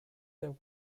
there